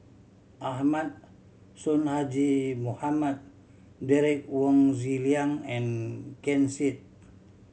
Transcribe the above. Ahmad Sonhadji Mohamad Derek Wong Zi Liang and Ken Seet